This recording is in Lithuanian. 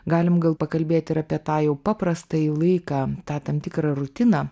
galim gal pakalbėti ir apie tą jau paprastąjį laiką tą tam tikrą rutiną